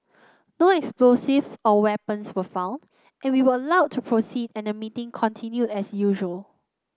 no explosive or weapons were found and we were allowed to proceed and the meeting continued as usual